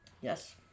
Yes